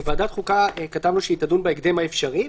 כתבנו שוועדת חוקה תדון בהקדם האפשרי,